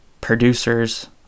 producers